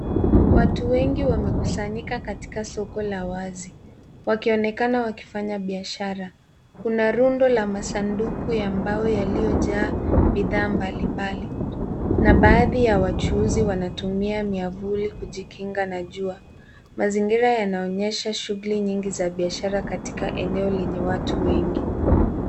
Watu wengi wamekusanyika katika soko la wazi wakionekana wakifanya biashara. Kuna rundo la masanduku ya mbao yaliyojaa bidhaa mbalimbali na baadhi ya wachuuzi wanatumia miavuli kujinga na jua. Mazingira yanaonyesha shughuli nyingi za biashara katika eneo lenye watu wengi.